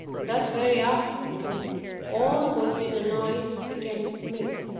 and that very afternoon all was in a noise against me.